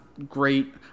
Great